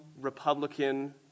republican